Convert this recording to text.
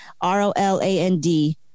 R-O-L-A-N-D